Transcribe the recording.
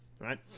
right